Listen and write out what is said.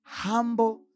humble